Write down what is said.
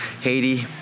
Haiti